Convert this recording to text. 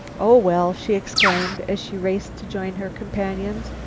oh, well, she exclaimed, as she raced to join her companions,